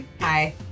Hi